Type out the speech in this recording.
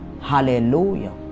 Hallelujah